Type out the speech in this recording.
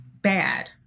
bad